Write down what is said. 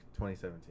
2017